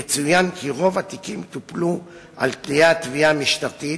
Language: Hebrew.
יצוין כי רוב התיקים טופלו על-ידי התביעה המשטרתית,